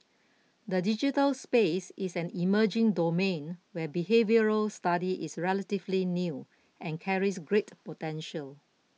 the digital space is an emerging domain where behavioural study is relatively new and carries great potential